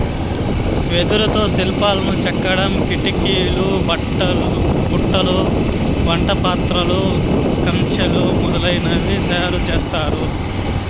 వెదురుతో శిల్పాలను చెక్కడం, కిటికీలు, బుట్టలు, వంట పాత్రలు, కంచెలు మొదలనవి తయారు చేత్తారు